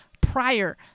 prior